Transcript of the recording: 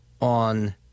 on